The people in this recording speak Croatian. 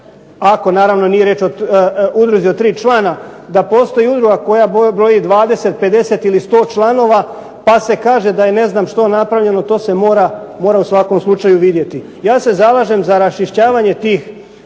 ako naravno nije riječ o udruzi od tri člana da postoji udruga koja broji 20, 50 ili 100 članova pa se kaže da je ne znam što napravljeno. To se mora u svakom slučaju vidjeti. Ja se zalažem za raščišćavanje tih